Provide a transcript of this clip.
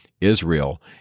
Israel